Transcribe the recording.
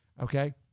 okay